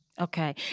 Okay